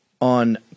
on